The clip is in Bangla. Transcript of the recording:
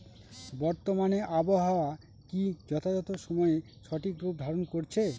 বর্তমানে আবহাওয়া কি যথাযথ সময়ে সঠিক রূপ ধারণ করছে?